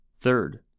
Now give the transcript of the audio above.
Third